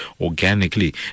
organically